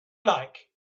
like